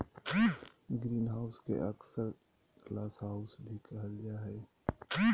greenhouse के अक्सर glasshouse भी कहल जा हइ